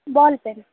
ball pen